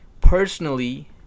personally